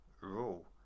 rule